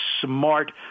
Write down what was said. smart